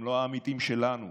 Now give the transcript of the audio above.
הם לא העמיתים שלנו,